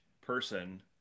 person